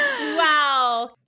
Wow